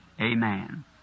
Amen